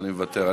אני מוותר.